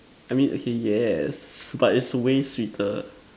I mean okay yes but it's way sweeter